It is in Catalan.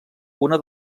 una